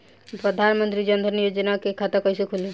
प्रधान मंत्री जनधन योजना के खाता कैसे खुली?